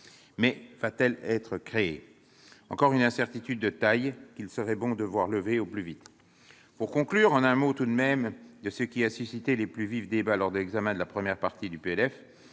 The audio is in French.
Mais va-t-elle être créée ? Encore une incertitude de taille qu'il serait bon de voir levée au plus vite. Pour conclure, un mot, tout de même, de ce qui a suscité les plus vifs débats lors de l'examen de la première partie du PLF,